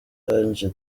ange